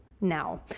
now